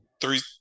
Three